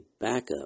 backup